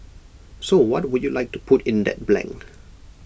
so what would you like to put in that blank